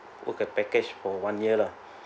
book the package for one year lah